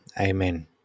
Amen